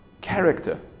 character